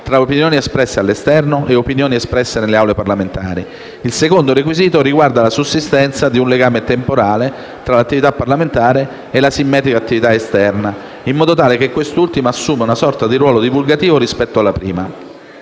tra opinioni espresse all'esterno e opinioni espresse nelle Aule parlamentari; il secondo requisito riguarda la sussistenza di un "legame temporale" fra l'attività parlamentare e la simmetrica attività esterna, in modo tale che quest'ultima assuma una sorta di ruolo divulgativo rispetto alla prima.